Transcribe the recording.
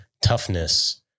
toughness